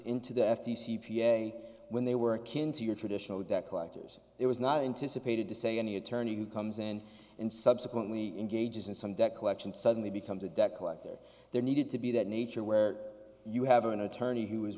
into the f t c p a when they were kin to your traditional debt collectors it was not anticipated to say any attorney who comes in and subsequently engages in some debt collection suddenly becomes a debt collector there needed to be that nature where you have an attorney who is